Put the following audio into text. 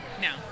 No